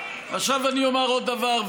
עכשיו אני אומר עוד דבר,